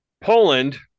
Poland